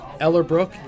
Ellerbrook